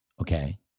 Okay